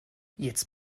jetzt